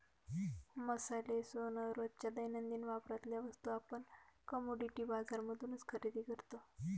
मसाले, सोन, रोजच्या दैनंदिन वापरातल्या वस्तू आपण कमोडिटी बाजार मधूनच खरेदी करतो